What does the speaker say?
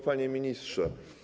Panie Ministrze!